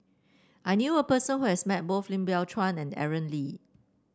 I knew a person who has met both Lim Biow Chuan and Aaron Lee